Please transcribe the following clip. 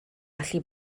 allu